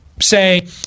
Say